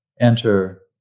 enter